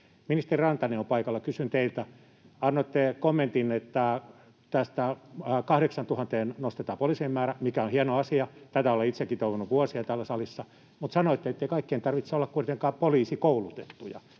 Ministeri Rantanen on paikalla. Kysyn teiltä: Annoitte kommentin, että 8 000:een nostetaan poliisien määrä, mikä on hieno asia, tätä olen itsekin toivonut vuosia täällä salissa, mutta sanoitte, ettei kaikkien tarvitse olla kuitenkaan poliisikoulutettuja.